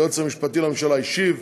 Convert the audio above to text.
היועץ המשפטי לממשלה השיב,